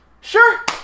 sure